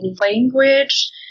language